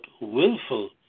willful